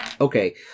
Okay